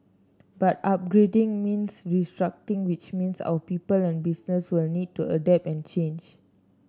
but upgrading means restructuring which means our people and businesses will need to adapt and change